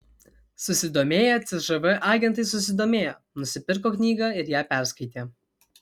susidomėję cžv agentai susidomėjo nusipirko knygą ir ją perskaitė